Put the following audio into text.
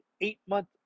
eight-month